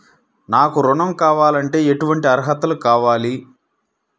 నాకు ఋణం కావాలంటే ఏటువంటి అర్హతలు కావాలి?